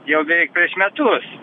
jau beveik prieš metus